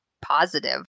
positive